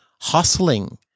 Hustling